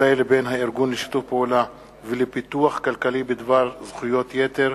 ישראל לבין הארגון לשיתוף פעולה ולפיתוח כלכלי בדבר זכויות יתר,